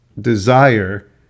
desire